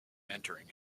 entering